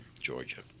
Georgia